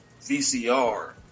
VCR